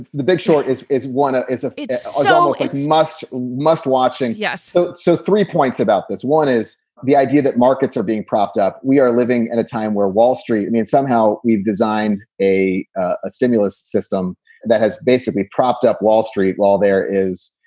the big short is is one ah is ah so a must must watch it. yes. so so three points about this. one is the idea that markets are being propped up. we are living in a time where wall street and somehow we've designed a a stimulus system that has basically propped up wall street. well, there is.